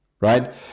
right